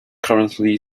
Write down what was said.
currently